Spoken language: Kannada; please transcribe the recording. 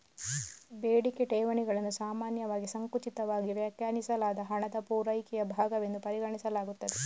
ಬೇಡಿಕೆ ಠೇವಣಿಗಳನ್ನು ಸಾಮಾನ್ಯವಾಗಿ ಸಂಕುಚಿತವಾಗಿ ವ್ಯಾಖ್ಯಾನಿಸಲಾದ ಹಣದ ಪೂರೈಕೆಯ ಭಾಗವೆಂದು ಪರಿಗಣಿಸಲಾಗುತ್ತದೆ